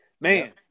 man